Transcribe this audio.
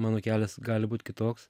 mano kelias gali būt kitoks